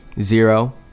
zero